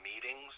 meetings